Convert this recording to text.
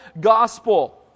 gospel